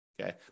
okay